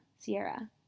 Sierra